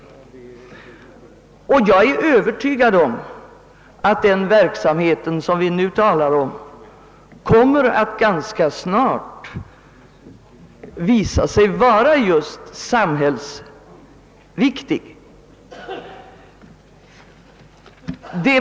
Jag är övertygad om att den verksamhet som vi nu diskuterar ganska snart kommer att visa sig vara just samhällsviktig.